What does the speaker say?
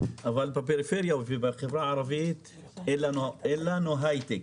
אבל בפריפריה ובחברה הערבית אין לנו הייטק.